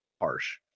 harsh